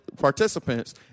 participants